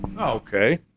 Okay